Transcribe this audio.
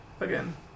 Again